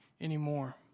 anymore